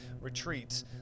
retreats